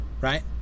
right